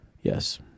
Yes